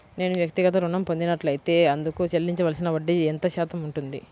నేను వ్యక్తిగత ఋణం పొందినట్లైతే అందుకు చెల్లించవలసిన వడ్డీ ఎంత శాతం ఉంటుంది?